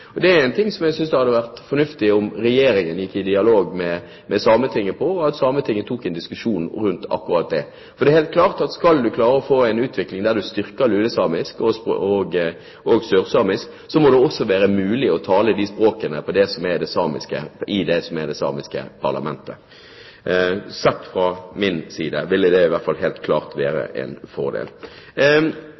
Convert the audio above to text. stusset også på én ting, og det var at når man gjennomfører debatter i Sametinget, gjennomføres det ikke tolking til lulesamisk og sørsamisk. Det er noe som jeg synes det hadde vært fornuftig om Regjeringen gikk i dialog med Sametinget om, at Sametinget tok en diskusjon rundt akkurat det. For det er helt klart at skal man få en utvikling der man styrker lulesamisk og sørsamisk, må det også være mulig å tale de språkene i det samiske parlamentet. Sett fra min side ville det i hvert fall helt klart være en fordel.